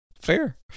Fair